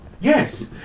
Yes